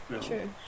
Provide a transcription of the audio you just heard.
true